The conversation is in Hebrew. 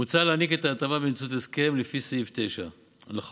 מוצע להעניק את ההטבה באמצעות הסכם לפי סעיף 9 לחוק